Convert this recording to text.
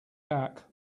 back